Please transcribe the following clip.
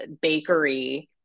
bakery